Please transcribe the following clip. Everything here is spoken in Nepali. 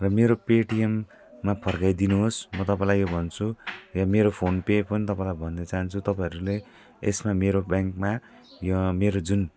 र मेरो पेटिएममा फर्काइदिनु होस् म तपाईँलाई यो भन्छु यहाँ मेरो फोन पे पनि तपाईँलाई भन्न चाहन्छु तपाईँहरूले यसमा मेरो ब्याङ्कमा यो मेरो जुन